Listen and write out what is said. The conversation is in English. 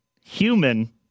human